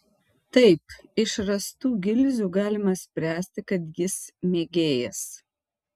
taip iš rastų gilzių galima spręsti kad jis mėgėjas